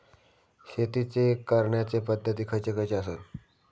शेतीच्या करण्याचे पध्दती खैचे खैचे आसत?